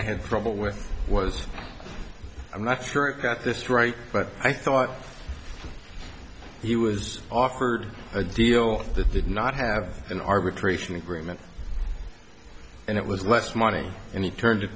i had trouble with was i'm not sure i got this right but i thought he was offered a deal that did not have an arbitration agreement and it was less money and he turned it